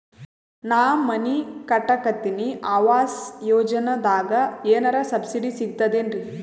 ನಾ ಮನಿ ಕಟಕತಿನಿ ಆವಾಸ್ ಯೋಜನದಾಗ ಏನರ ಸಬ್ಸಿಡಿ ಸಿಗ್ತದೇನ್ರಿ?